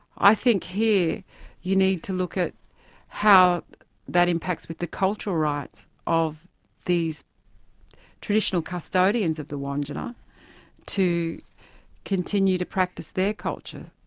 i think here you need to look at how that impacts with the cultural rights of these traditional custodians of the wandjina to continue to practise their culture.